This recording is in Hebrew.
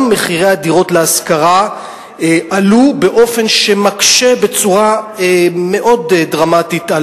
גם מחירי הדירות להשכרה עלו באופן שמקשה בצורה מאוד דרמטית,